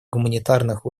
гуманитарных